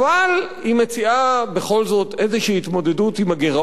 היא מציעה בכל זאת איזו התמודדות עם הגירעון,